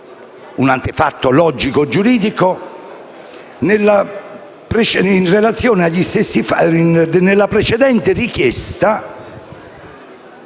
antefatto logico e giuridico nella precedente richiesta,